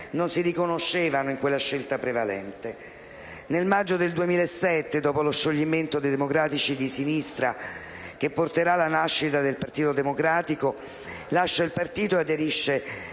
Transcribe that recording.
non si riconoscevano in quella scelta prevalente. Nel maggio 2007, dopo lo scioglimento dei Democratici di Sinistra che porterà alla nascita del Partito Democratico, lascia il partito e fonda,